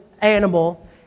animal